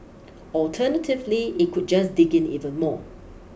alternatively it could just dig in even more